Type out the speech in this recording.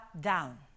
down